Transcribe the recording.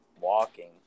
walking